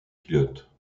pilotes